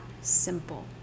simple